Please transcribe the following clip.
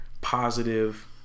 positive